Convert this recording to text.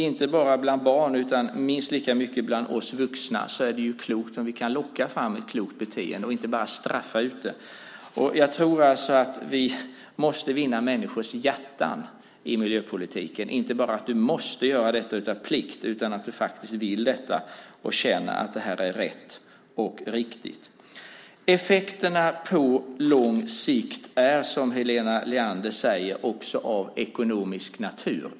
Inte bara bland barn utan minst lika mycket bland oss vuxna är det klokt om vi kan locka fram ett klokt beteende och inte bara straffa ut det. Jag tror att vi måste vinna människors hjärtan i miljöpolitiken. Vi ska säga: Du måste göra detta inte bara av plikt utan därför att du vill det och känner att det är rätt och riktigt. Effekterna på lång sikt är, som Helena Leander säger, också av ekonomisk natur.